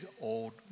old